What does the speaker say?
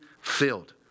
filled